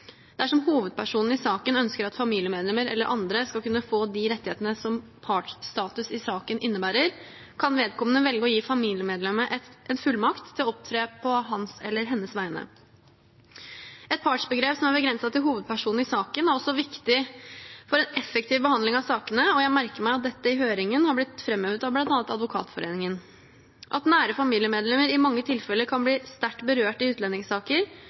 Dersom hovedpersonen i saken ønsker at familiemedlemmer eller andre skal kunne få de rettighetene som partsstatus i saken innebærer, kan vedkommende velge å gi familiemedlemmet en fullmakt til å opptre på hans eller hennes vegne. Et partsbegrep som er begrenset til hovedpersonen i saken, er også viktig for en effektiv behandling av sakene, og jeg merker meg at dette i høringen har blitt framhevet av bl.a. Advokatforeningen. At nære familiemedlemmer i mange tilfeller kan bli sterkt berørt i utlendingssaker,